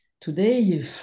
today